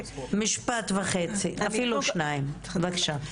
משפט וחצי, אפילו שניים, בבקשה.